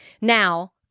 now